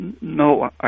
No